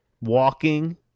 walking